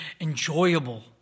enjoyable